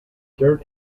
dirt